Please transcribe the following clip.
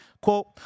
Quote